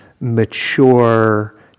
mature